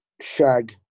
shag